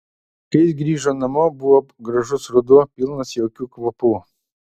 kai jis grįžo namo buvo gražus ruduo pilnas jaukių kvapų